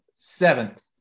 seventh